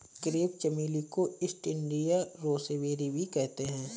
crepe चमेली को east India rosebay भी कहते हैं